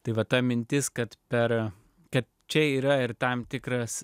tai vat ta mintis kad per kad čia yra ir tam tikras